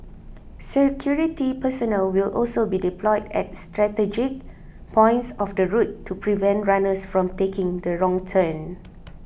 security personnel will also be deployed at strategic points of the route to prevent runners from taking the wrong turn